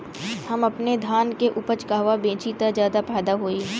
हम अपने धान के उपज कहवा बेंचि त ज्यादा फैदा होई?